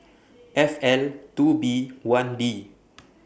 F L two B one D